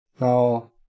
now